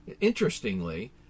interestingly